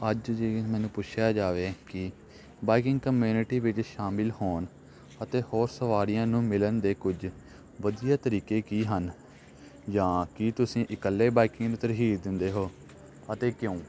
ਅੱਜ ਜੇ ਮੈਨੂੰ ਪੁੱਛਿਆ ਜਾਵੇ ਕਿ ਬਾਈਕਿੰਗ ਕਮਿਊਨਿਟੀ ਵਿੱਚ ਸ਼ਾਮਿਲ ਹੋਣ ਅਤੇ ਹੋਰ ਸਵਾਰੀਆਂ ਨੂੰ ਮਿਲਣ ਦੇ ਕੁਝ ਵਧੀਆ ਤਰੀਕੇ ਕੀ ਹਨ ਜਾਂ ਕੀ ਤੁਸੀਂ ਇਕੱਲੇ ਬਾਈਕਿੰਗ ਤਰਜੀਹ ਦਿੰਦੇ ਹੋ ਅਤੇ ਕਿਉਂ